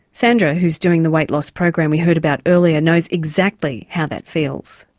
sandra, who's doing the weight loss program we heard about earlier, knows exactly how that feels.